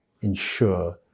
ensure